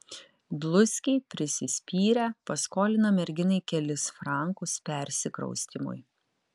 dluskiai prisispyrę paskolina merginai kelis frankus persikraustymui